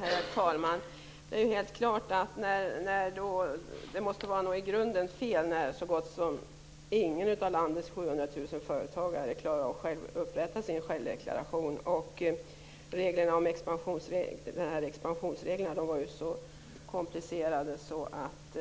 Herr talman! Det måste vara något i grunden fel när så gott som ingen av landets 700 000 företagare klarar av att upprätta sin självdeklaration. Expansionsreglerna var ju så komplicerade att